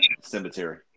cemetery